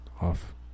off